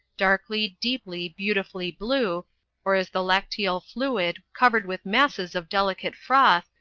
darkly, deeply, beautifully blue' or as the lacteal fluid covered with masses of delicate froth,